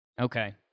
Okay